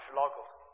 logos。